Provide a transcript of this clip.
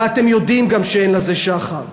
וגם אתם יודעים שאין לזה שחר.